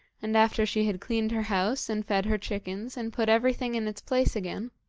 and after she had cleaned her house, and fed her chickens, and put everything in its place again,